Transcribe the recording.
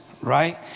right